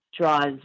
draws